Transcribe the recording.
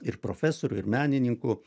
ir profesorių ir menininkų